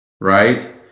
right